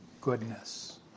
goodness